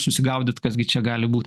susigaudyt kas gi čia gali būt